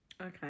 Okay